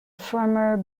farmer